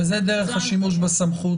זאת דרך השימוש בסמכות